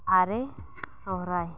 ᱟᱨᱮ ᱥᱚᱦᱨᱟᱭ